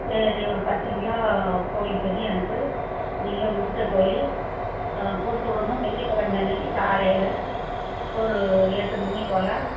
சரி ஒரு பத்து கிலோ கோழிக் கறி எனக்கு நீங்கள் உரித்த கோழி ஆ கொடுத்து விடணும் வெள்ளிக்கெழம அன்னைக்கு காலையில் ஒரு எட்டு மணிப்போல்